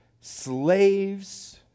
slaves